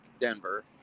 Denver